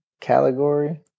category